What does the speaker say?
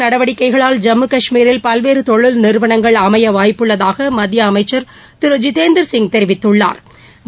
மத்திய அரசின் நடவடிக்கைகளால் ஜம்மு காஷ்மிரில் பல்வேறு தொழிற் நிறுவனங்கள் அமைய வாய்ப்புள்ளதாக மத்திய அமைச்சா் திரு ஜிதேந்தா் சிங் தெரிவித்துள்ளாா்